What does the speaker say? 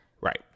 right